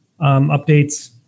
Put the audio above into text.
updates